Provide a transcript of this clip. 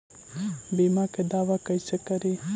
बीमा के दावा कैसे करी?